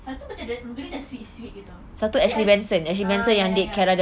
satu macam muka dia sweet sweet gitu tapi I think ya ya ya